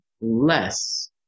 less